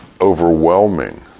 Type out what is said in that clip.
overwhelming